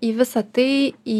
į visą tai į